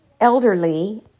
elderly